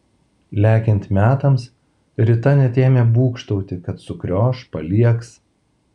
lekiant metams rita net ėmė būgštauti kad sukrioš paliegs